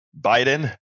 Biden